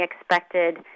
expected